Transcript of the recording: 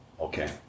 Okay